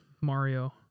Mario